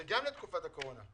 זה גם לתקופת הקורונה.